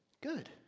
good